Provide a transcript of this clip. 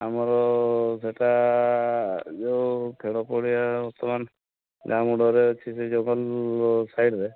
ଆମର ସେଟା ଯେଉଁ ଖେଳ ପଡ଼ିଆ ସେମାନେ ଗାଁକୁ ଡର ଅଛି ସେ ଜଙ୍ଗଲ ସାଇଡ଼ରେ